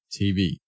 TV